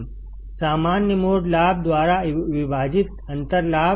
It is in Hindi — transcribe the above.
सामान्य मोड लाभ द्वारा विभाजित अंतर लाभ